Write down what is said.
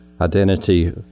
identity